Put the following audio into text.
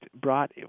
brought